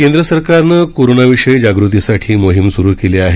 केंद्र सरकारनं कोरोनाविषयी जाग़तीसाठी मोहीम सुरु केली आहे